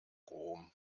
rom